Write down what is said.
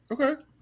Okay